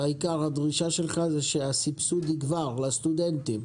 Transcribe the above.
עיקר הדרישה שלך הוא שהסבסוד יגבר לסטודנטים?